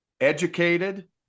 educated